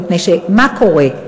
מפני שמה קורה?